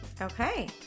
Okay